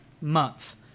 month